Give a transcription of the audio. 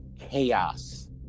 chaos